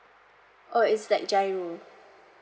oh is like giro